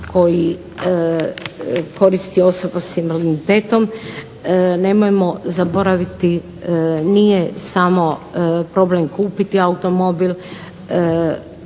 koji koristi osoba s invaliditetom. Nemojmo zaboraviti nije samo problem kupiti automobil,